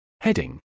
Heading